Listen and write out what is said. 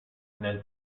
nel